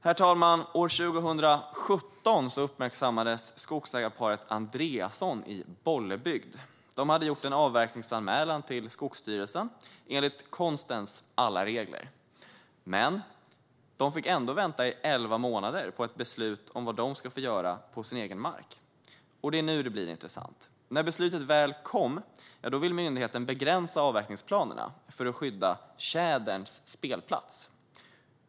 Herr talman! År 2017 uppmärksammades skogsägarparet Andreasson i Bollebygd. De hade gjort en avverkningsanmälan till Skogsstyrelsen enligt konstens alla regler, men de fick ändå vänta i elva månader på ett beslut om vad de ska få göra på sin egen mark. Det är nu det blir intressant. När beslutet väl kom ville myndigheten begränsa avverkningsplanerna för att skydda tjäderns spelplats.